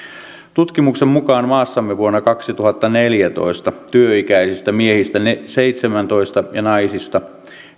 tutkimuksen mukaan maassamme vuonna kaksituhattaneljätoista työikäisistä miehistä seitsemäntoista ja naisista